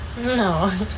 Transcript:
no